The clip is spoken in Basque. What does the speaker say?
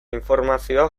informazioa